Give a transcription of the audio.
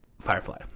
firefly